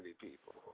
people